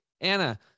Anna